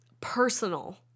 personal